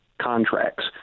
contracts